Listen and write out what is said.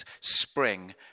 spring